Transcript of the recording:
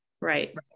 Right